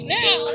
now